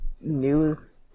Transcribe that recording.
news